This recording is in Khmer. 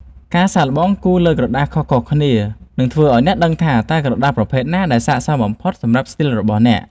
ការសាកល្បងគូរលើក្រដាសខុសៗគ្នានឹងធ្វើឱ្យអ្នកដឹងថាតើក្រដាសប្រភេទណាដែលស័ក្តិសមបំផុតសម្រាប់ស្ទីលរបស់អ្នក។